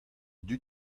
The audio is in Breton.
dud